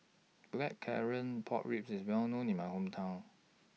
Blackcurrant Pork Ribs IS Well known in My Hometown